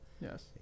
Yes